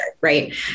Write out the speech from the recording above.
Right